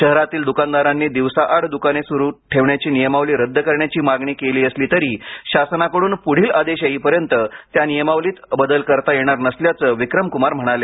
शहरातील दुकानदारांनी दिवसाआड द्काने सुरू ठेवण्याची नियमावली रद्द करण्याची मागणी केली असली तरी शासनाकडून पुढील आदेश येईपर्यंत त्या नियमावलीत बदल करता येणार नसल्याचं विक्रम कुमार म्हणाले